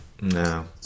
No